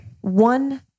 one